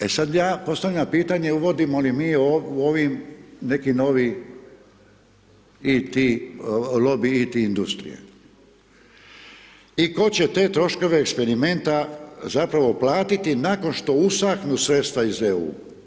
E, sad ja postavljam pitanje uvodimo li mi u ovim neki novi IT, lobi IT industrije i ko će te troškove eksperimenta zapravo platiti nakon što usahnu sredstva iz EU.